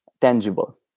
tangible